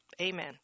Amen